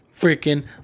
freaking